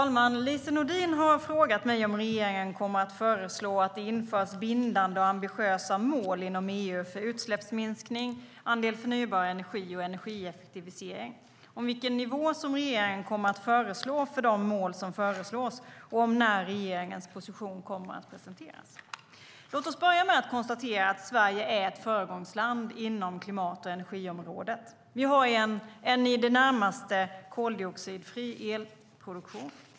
Lise Nordin har frågat mig om regeringen kommer att föreslå att det införs bindande och ambitiösa mål inom EU för utsläppsminskning, andel förnybar energi och energieffektivisering, om vilken nivå som regeringen kommer att föreslå för de mål som föreslås och om när regeringens position kommer att presenteras. Låt oss börja med att konstatera att Sverige är ett föregångsland inom klimat och energiområdet. Vi har en i det närmaste koldioxidfri elproduktion.